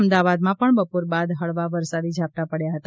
અમદાવાદમાં પણ બપોર બાદ હળવા વરસાદના ઝાપટાં પડ્યા હતા